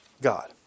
God